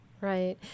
Right